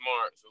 smart